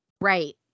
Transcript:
Right